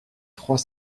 trois